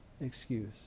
excuse